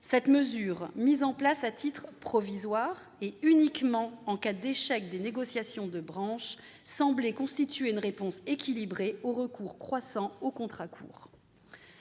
Cette mesure, mise en place à titre provisoire et uniquement en cas d'échec des négociations de branche, semblait constituer une réponse équilibrée au recours croissant aux contrats courts.